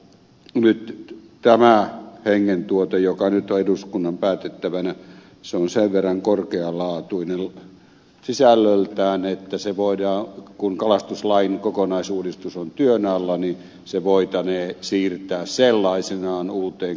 nyt tämä hengentuote joka nyt on eduskunnan päätettävänä on sen verran korkealaatuinen sisällöltään että se voitaneen kun kalastuslain kokonaisuudistus on työn alla siirtää sellaisenaan uuteen kalastuslakiin